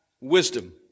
wisdom